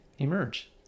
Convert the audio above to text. emerge